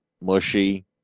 mushy